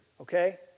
okay